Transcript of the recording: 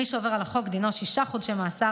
מי שעובר על החוק דינו שישה חודשי מאסר,